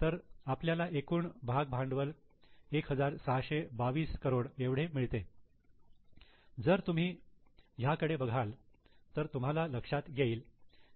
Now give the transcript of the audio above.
तर आपल्याला एकूण भाग भांडवल 1622 एवढे मिळते जर तुम्ही ह्या कडे बघाल तर तुम्हाला लक्षात येईल